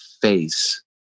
face